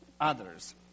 others